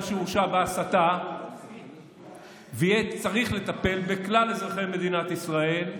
שהורשע בהסתה ויהיה צריך לטפל בכלל אזרחי מדינת ישראל,